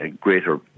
greater